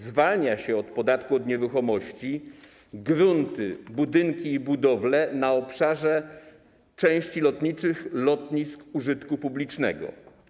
Zwalnia się od podatku od nieruchomości grunty, budynki i budowle na obszarze części lotniczych lotnisk użytku publicznego.